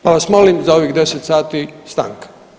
Pa vas molim za ovih 10 sati stanke.